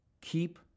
keep